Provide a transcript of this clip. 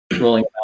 Rolling